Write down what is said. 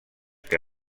que